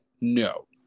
no